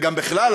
וגם בכלל,